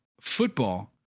football